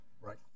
Right